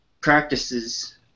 practices